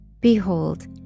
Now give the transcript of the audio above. Behold